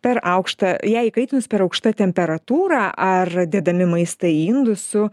per aukštą ją įkaitinus per aukšta temperatūra ar dėdami maistą į indus su